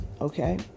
Okay